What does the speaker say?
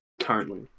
Currently